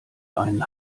einen